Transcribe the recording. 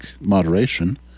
moderation